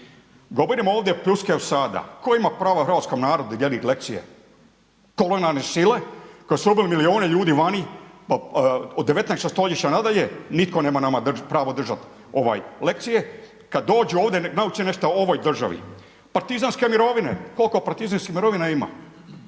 Govorimo ovdje … sada, tko ima pravo hrvatskom narodu dijeliti lekcije? Kolonijalne sile koje su ubile milijune ljudi vani od 19. stoljeća na dalje. Nitko nema pravo držati lekcije. Kada dođu ovdje neka nauče nešto o ovoj državi. Partizanske mirovine, koliko partizanskih mirovina ima?